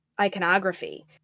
iconography